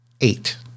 eight